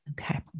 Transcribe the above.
Okay